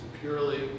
purely